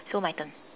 so my turn